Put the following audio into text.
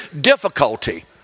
difficulty